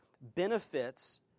benefits